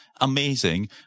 Amazing